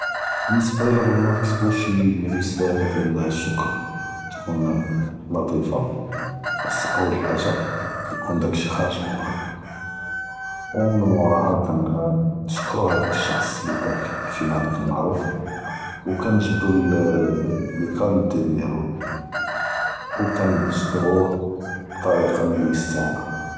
באלניסבה אלא בביג’נא נכתבו פ רסאלה דיאל אה אלשוכ’ר תכון אה לטיפה ח’אס, אול חאגה תיכון דאק שאי’ ח’ארג מן אללב ו מן מורהא כנשקורו האדאכ אלאנסאן אללי דאר פינה דאק אלאמערוף ו כנג’בדו ללל אללי כנת דיאלו ו כנשקורוה ב ת’וריקה ליסטאהלה.